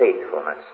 faithfulness